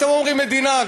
אתם אומרים מדינה,